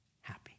happy